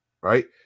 right